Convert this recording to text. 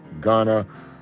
Ghana